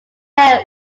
tail